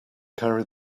carry